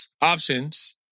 options